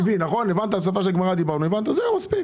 הבנת, נכון?